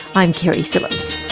i'm keri phillips.